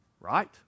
Right